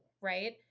right